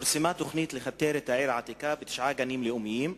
פורסמה תוכנית לכתר את העיר העתיקה בתשעה גנים לאומיים,